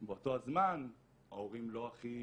באותו הזמן ההורים לא הכי